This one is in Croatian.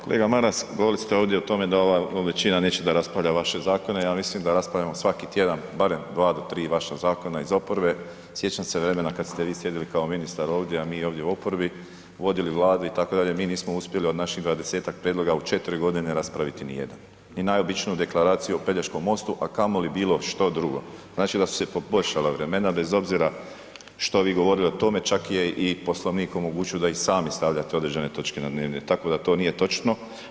Kolega Maras, govorili ste ovdje o tome da ova većina neće da raspravlja vaše zakone, ja mislim da raspravljamo svaki tjedan barem 2 do 3 vaša zakona iz oporbe sjećam se vremena kad ste vi sjedili kao ministar ovdje a mi ovdje u oporbi, vodili Vladu itd., mi nismo uspjeli od naših 20-ak prijedloga u 4 g. raspraviti ni jedan, ni najobičniju deklaraciju o Pelješkom mostu a kamoli bilo što drugo, znači da su se poboljšala vremena bez obzira što vi govorili o tome čak je i Poslovnik omogućio da i sami stavljate određene točke na dnevni red, tako da to nije točno.